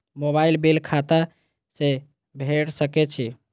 Mobile bill खाता से भेड़ सके छि?